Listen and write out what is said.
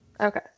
Okay